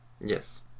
Yes